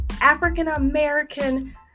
african-american